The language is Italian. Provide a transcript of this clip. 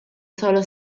solo